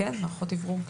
כן, מערכות אוורור.